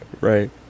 Right